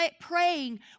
praying